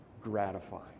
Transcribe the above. gratifying